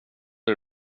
dig